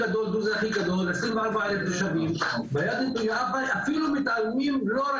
בשבע שנים האלה יש שינוי במוניציפאלי אצל כל השכנים.